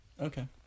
Okay